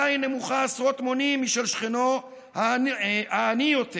עדיין נמוכה עשרות מונים משל שכנו העני יותר